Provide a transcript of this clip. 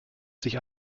sich